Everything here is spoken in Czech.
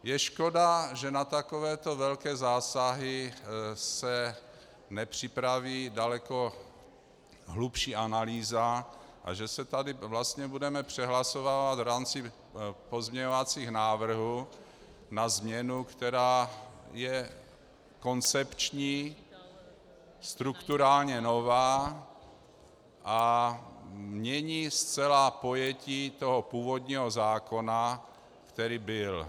Je škoda, že na takovéto velké zásahy se nepřipraví daleko hlubší analýza a že se tady vlastně budeme přehlasovávat v rámci pozměňovacích návrhů na změnu, která je koncepční, strukturálně nová a mění zcela pojetí toho původního zákona, který byl.